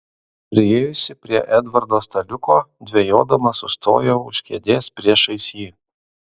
priėjusi prie edvardo staliuko dvejodama sustojau už kėdės priešais jį